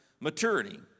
maturity